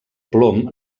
plom